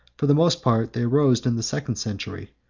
for the most part they arose in the second century,